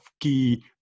key